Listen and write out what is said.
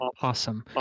Awesome